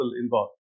involved